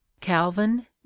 calvin